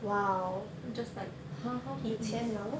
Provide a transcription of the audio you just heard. just like !huh! how he